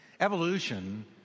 Evolution